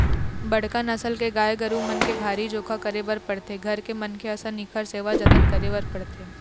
बड़का नसल के गाय गरू मन के भारी जोखा करे बर पड़थे, घर के मनखे असन इखर सेवा जतन करे बर पड़थे